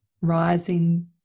Rising